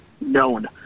known